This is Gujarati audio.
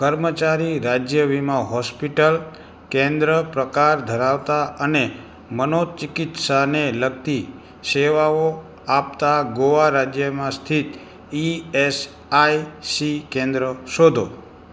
કર્મચારી રાજ્ય વીમા હોસ્પિટલ કેન્દ્ર પ્રકાર ધરાવતાં અને મનોચિકિત્સાને લગતી સેવાઓ આપતાં ગોવા રાજ્યમાં સ્થિત ઇ એસ આઇ સી કેન્દ્ર શોધો